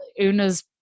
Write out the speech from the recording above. una's